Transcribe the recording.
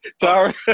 Sorry